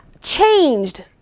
changed